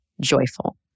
joyful